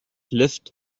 luft